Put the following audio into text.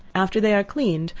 after they are cleaned,